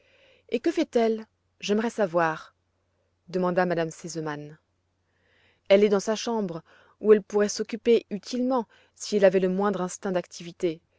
et que fait-elle j'aimerais savoir demanda m me sesemann elle est dans sa chambre où elle pourrait s'occuper utilement si elle avait le moindre instinct d'activité